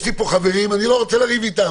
יש לי פה חברים, אני לא רוצה לריב איתם.